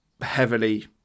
heavily